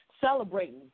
celebrating